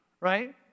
right